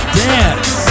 dance